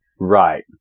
Right